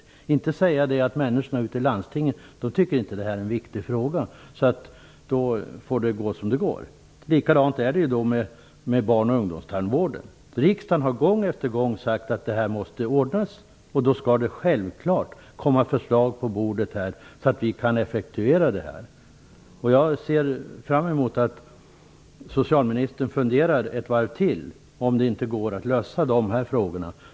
Det går inte att bara säga att människorna ute i landstingen inte tycker att det här är en viktig fråga och att det därför får gå som det går. Likadant är det med barn och ungdomstandvården. Riksdagen har gång på gång sagt att detta måste ordnas. Därför skall förslag självklart läggas på bordet, så att vi kan effektuera detta. Jag ser fram emot att socialministern funderar ett varv till för att se om det inte går att lösa de här frågorna.